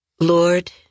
Lord